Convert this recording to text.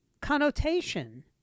connotation